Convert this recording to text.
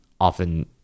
often